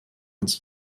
uns